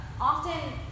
Often